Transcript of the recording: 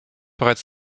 bereits